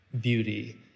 beauty